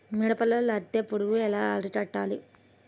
మిరపలో లద్దె పురుగు ఎలా అరికట్టాలి?